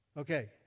Okay